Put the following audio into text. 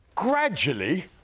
gradually